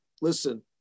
listen